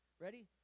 Ready